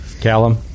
callum